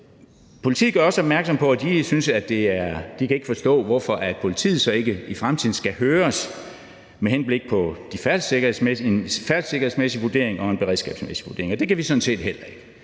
Politiet gør også opmærksom på, at de ikke kan forstå, hvorfor politiet så ikke i fremtiden skal høres med henblik på de færdselssikkerhedsmæssige vurderinger og en beredskabsmæssig vurdering. Det kan vi sådan set heller ikke.